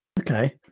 okay